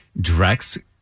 Drex